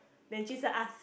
then jun sheng ask